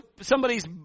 somebody's